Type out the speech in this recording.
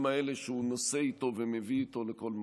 האלה שהוא נושא איתו ומביא איתו לכל מקום.